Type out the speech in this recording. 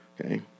Okay